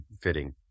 fitting